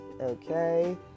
okay